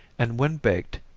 and when baked,